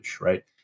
right